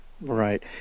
Right